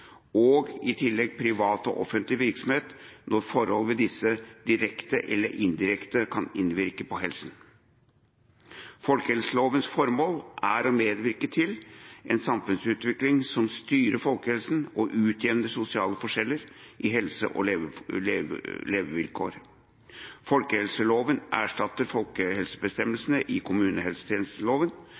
og i tillegg privat og offentlig virksomhet når forhold ved disse direkte eller indirekte kan ha innvirkning på helsa. Folkehelselovens formål er å medvirke til en samfunnsutvikling som styrer folkehelsa og utjevner sosiale forskjeller i helse og levevilkår. Folkehelseloven erstatter folkehelsebestemmelsene i kommunehelsetjenesteloven,